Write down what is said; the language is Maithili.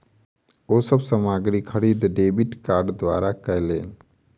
ओ सब सामग्री खरीद डेबिट कार्ड द्वारा कयलैन